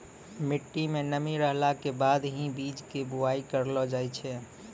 मिट्टी मं नमी रहला के बाद हीं बीज के बुआई करलो जाय छै